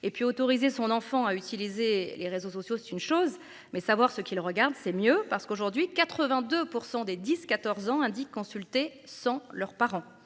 et puis autorisé son enfant à utiliser les réseaux sociaux, c'est une chose mais savoir ce qu'il regarde c'est mieux parce qu'aujourd'hui 82% des 10 14 ans, indique consulter sans leurs parents.